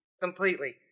Completely